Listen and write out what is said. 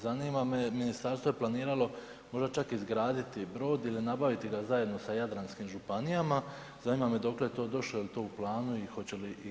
Zanima me, ministarstvo je planiralo možda čak izgraditi brod ili nabaviti ga zajedno sa jadranskim županijama, zanima me dokle je to došlo, je li to u planu i hoće li ići to?